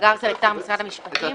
הגר סלקטר, משרד המשפטים.